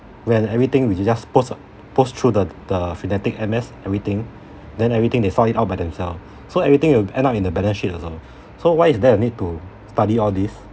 when everything we just post ah post through the the Finatic M_S everything then everything they sort it all by themselves so everything it'll end up in the balance sheet also so why is there a need to study all these